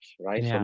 right